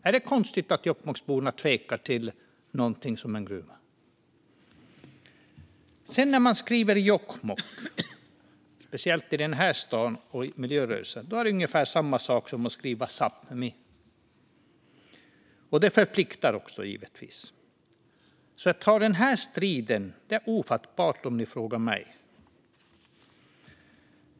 Är det konstigt att Jokkmokksborna tvekar när det gäller en gruva? När man skriver Jokkmokk, speciellt i den här stan och inom miljörörelsen, är det för övrigt ungefär samma sak som att skriva Sápmi. Det förpliktar givetvis också. Att ta den här striden är alltså ofattbart, om ni frågar mig.